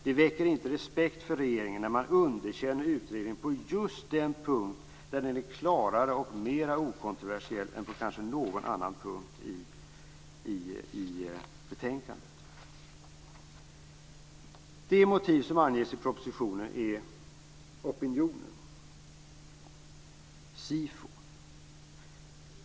Det väcker inte respekt för regeringen att man underkänner utredningen på just den punkt där den är klarare och mer okontroversiell än på kanske någon annan punkt i betänkandet. Det motiv som anges i propositionen är opinionen - SIFO.